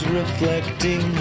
reflecting